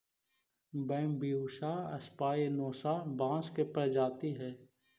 Bambusa spinosa बाँस के प्रजाति हइ